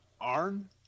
Arn